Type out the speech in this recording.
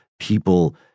people